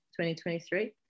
2023